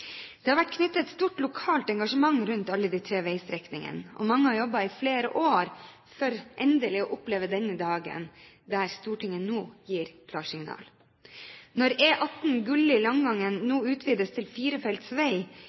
Det har vært knyttet et stort lokalt engasjement rundt alle de tre veistrekningene, og mange har jobbet i flere år for endelig å oppleve denne dagen når Stortinget nå gir klarsignal. Når E18 Gulli–Langåker nå utvides til firefelts vei,